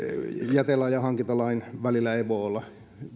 ja hankintalain välillä ei voi olla